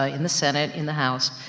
ah in the senate, in the house,